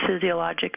physiologic